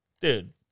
dude